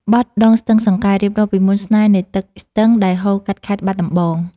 បទ «ដងស្ទឹងសង្កែ» រៀបរាប់ពីមន្តស្នេហ៍នៃទឹកស្ទឹងដែលហូរកាត់ខេត្តបាត់ដំបង។